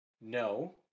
no